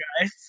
guys